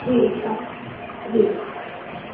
ठीकु आहे जी